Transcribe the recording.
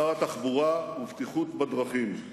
שר התחבורה והבטיחות בדרכים,